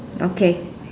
okay